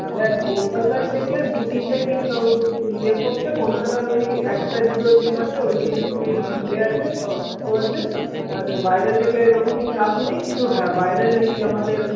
দেখ কলকাতা থেকে দুতিনটা টিম ইয়ে করছে কলকাতার ওই একটা দুটো টিম আছে ওইগুলো একটু ইয়ে আছে শক্ত আছে আর বাইরে থেকে এরকমই চাপ নেই কিন্তু হ্যাঁ বাইরের ওই আমাদের